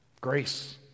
Grace